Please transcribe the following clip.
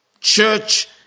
church